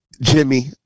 Jimmy